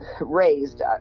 raised